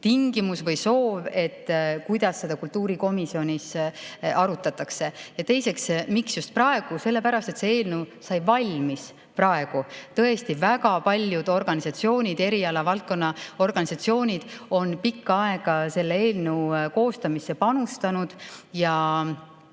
tingimus või soov, kuidas seda kultuurikomisjonis arutatakse. Teiseks: miks just praegu? Sellepärast, et see eelnõu sai valmis praegu. Tõesti, väga paljud organisatsioonid, erialavaldkonna organisatsioonid, on pikka aega selle eelnõu koostamisse panustanud. Ja